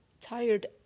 tired